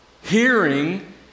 hearing